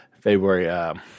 February